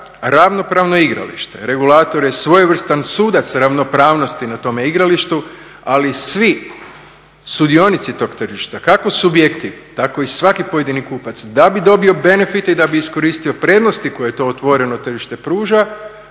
ravnopravno igralište, regulator je svojevrstan sudac ravnopravnosti na tome igralištu ali svi sudionici tog tržišta kako subjekti tako i svaki pojedini kupac da bi dobio benefite i da bi iskoristio prednosti koje to otvoreno tržište pruža